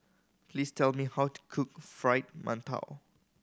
please tell me how to cook Fried Mantou